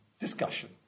discussion